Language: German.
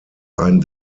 ein